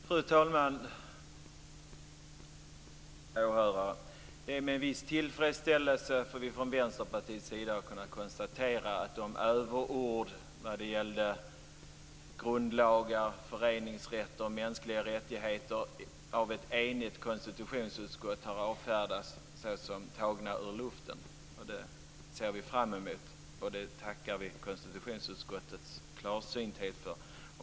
Fru talman! Åhörare! Det är med viss tillfredsställelse som vi från Vänsterpartiets sida har kunnat konstatera att överorden när det gällde grundlagar, föreningsrätt och mänskliga rättigheter har avfärdats såsom tagna ur luften av ett enigt konstitutionsutskott. Det tackar vi konstitutionsutskottets klarsynthet för.